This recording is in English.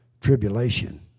tribulation